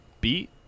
beat